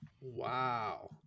Wow